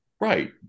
Right